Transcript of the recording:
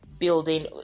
building